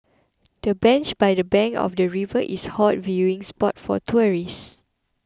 the bench by the bank of the river is hot viewing spot for tourists